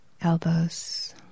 elbows